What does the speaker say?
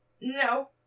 no